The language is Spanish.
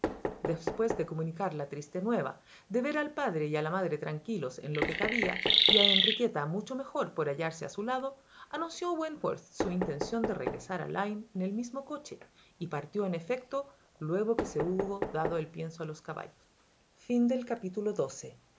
después de comunicar la triste nueva de ver al padre y a la madre tranquilos en lo que cabía y a enriqueta mucho mejor por hallarse a su lado anunció wentworth su intención de regresar a lyme en el mismo coche y partió en efecto luego que se hubo dado el pienso a los